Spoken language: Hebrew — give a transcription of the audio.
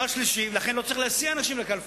לכן, לא צריך להסיע אנשים לקלפי,